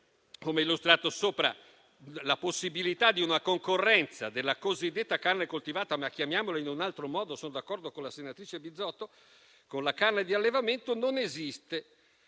come illustrato sopra, la possibilità di una concorrenza della cosiddetta carne coltivata - ma chiamiamola in un altro modo: sono d'accordo con la senatrice Bizzotto - con la